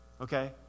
okay